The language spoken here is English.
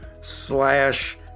slash